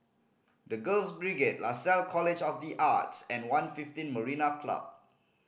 The Girls Brigade Lasalle College of The Arts and One fifteen Marina Club